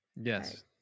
Yes